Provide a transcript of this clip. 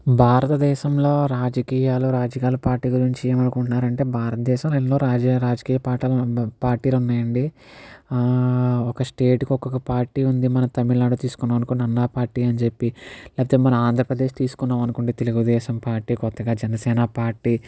భారతదేశంలో రాజకీయాలు రాజకీయాల పార్టీ గురించి ఏమనుకుంటున్నారు అంటే భారతదేశం ఎన్నో రాజ్య రాజకీయ పాఠాలు ఉన్న పార్టీలు ఉన్నాయండి ఒక స్టేట్కి ఒక్కొక్క పార్టీ ఉంది మన తమిళనాడు తీసుకున్నాం అనుకోండి అన్నా పార్టీ అని చెప్పి లేకపోతే మన ఆంధ్రప్రదేశ్ తీసుకున్నాం అనుకోండి తెలుగుదేశం పార్టీ కొత్తగా జనసేన పార్టీ